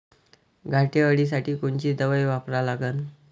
घाटे अळी साठी कोनची दवाई वापरा लागन?